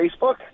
Facebook